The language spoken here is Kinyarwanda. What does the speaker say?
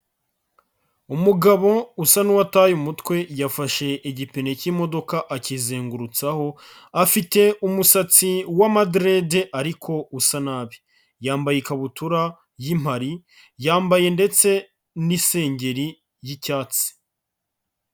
Umugabo usa n'uwataye umutwe yafashe igipine cy'imodoka akizengurutsaho, afite umusatsi w'amaderede ariko usa nabi, yambaye ikabutura y'impari, yambaye ndetse n'isengeri y'icyatsi.